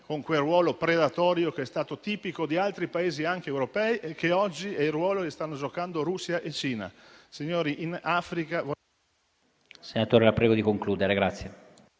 con quel ruolo predatorio che è stato tipico di altri Paesi anche europei e che oggi è il ruolo che stanno giocando Russia e Cina. Signori, in Africa... *(Il microfono si